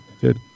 Good